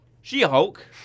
She-Hulk